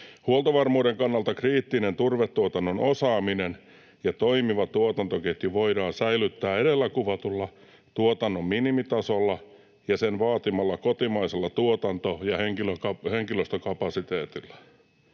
Huoltovarmuuden kannalta kriittinen turvetuotannon osaaminen ja toimiva tuotantoketju voidaan säilyttää edellä kuvatulla tuotannon minimitasolla ja sen vaatimalla kotimaisella tuotanto‑ ja henkilöstökapasiteetilla.